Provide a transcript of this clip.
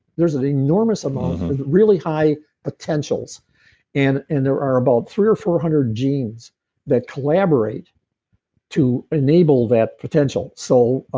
there's an enormous amount of really high potentials and and there are about three hundred or four hundred genes that collaborate to enable that potential. so,